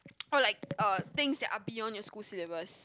or like uh things that are beyond your school syllabus